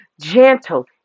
gentle